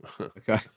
Okay